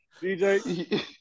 DJ